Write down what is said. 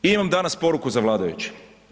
Imam danas poruku za vladajuće.